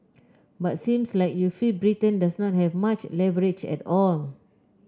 but seems like you feel Britain does not have much leverage at all